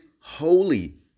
holy